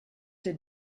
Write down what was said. der